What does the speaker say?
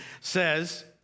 says